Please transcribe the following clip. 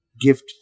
gift